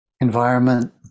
environment